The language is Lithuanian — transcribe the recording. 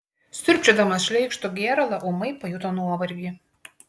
siurbčiodamas šleikštų gėralą ūmai pajuto nuovargį